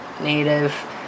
native